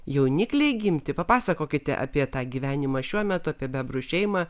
jaunikliai gimti papasakokite apie tą gyvenimą šiuo metu apie bebrų šeimą